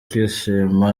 kwishima